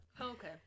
okay